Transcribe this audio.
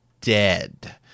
Dead